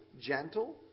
gentle